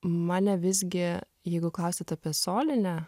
mane visgi jeigu klausiat apie solinę